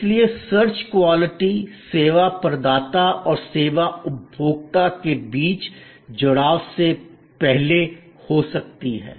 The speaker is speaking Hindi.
इसलिए सर्च क्वालिटी सेवा प्रदाता और सेवा उपभोक्ता के बीच जुड़ाव से पहले हो सकती है